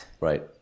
Right